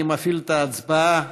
אני מפעיל את ההצבעה